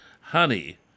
Honey